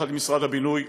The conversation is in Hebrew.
יחד עם משרד הבינוי,